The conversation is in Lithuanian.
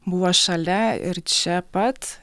buvo šalia ir čia pat